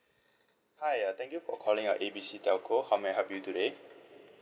hi uh thank you for calling our A B C telco how may I help you today